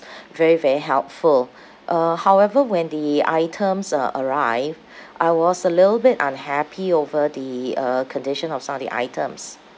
very very helpful uh however when the items uh arrived I was a little bit unhappy over the uh condition of some of the items